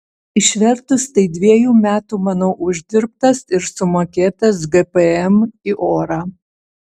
išvertus tai dviejų metų mano uždirbtas ir sumokėtas gpm į orą